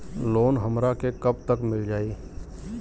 Loan हमरा के कब तक मिल जाई?